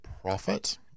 profit